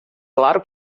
claro